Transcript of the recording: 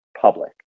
public